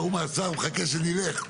ההוא מהשר מחכה שנלך,